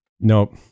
Nope